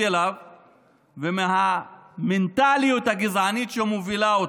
אליו ומהמנטליות הגזענית שמובילה אותו.